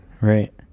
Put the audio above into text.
right